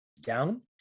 down